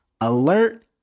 alert